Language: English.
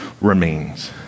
remains